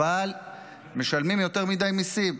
אבל משלמים יותר מדי מיסים.